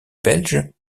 belges